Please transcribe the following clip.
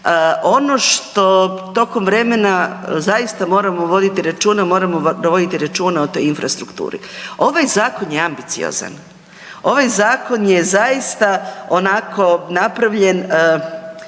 Ono što tokom vremena zaista moramo voditi računa, moramo voditi računa o toj infrastrukturi. Ovaj zakon je ambiciozan, ovaj zakon je zaista onako napravljen